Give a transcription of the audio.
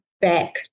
back